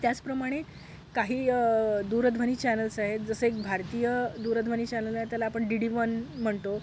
त्याचप्रमाणे काही दूरध्वनी चॅनेल्स आहेत जसं एक भारतीय दूरध्वनी चॅनेल आहे त्याला आपण डी डी वन म्हणतो